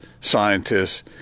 scientists